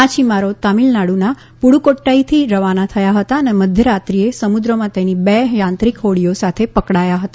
માછીમારો તમિલનાડુના પુડકોદાઈથી રવાના થયા હતા અને મધ્ય રાત્રિએ સમુદ્રમાં તેની બે યાંત્રિક હોડીઓ સાથે પકડાયા હતા